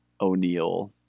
O'Neill